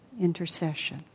intercession